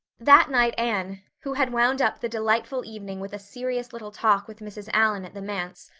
that night anne, who had wound up the delightful evening with a serious little talk with mrs. allan at the manse,